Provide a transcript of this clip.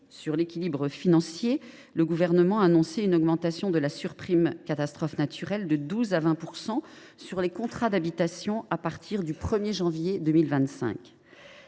l’équilibre financier, il a annoncé une augmentation de la surprime « catastrophes naturelles » de 12 % à 20 % sur les contrats d’habitation, à partir du 1 janvier 2025.